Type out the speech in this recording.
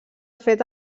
fet